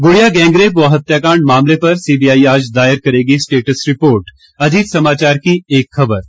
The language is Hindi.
गुड़िया गैंगरेप व हत्याकांड मामले पर सीबीआई आज दायर करेगी स्टेट्स रिपोर्ट अजीत समाचार की एक खबर है